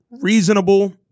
reasonable